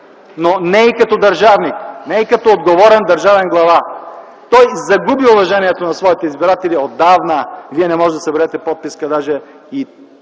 но не и като държавник, не и като отговорен държавен глава! Той загуби уважението на своите избиратели отдавна. Вие не можете да съберете подписка даже и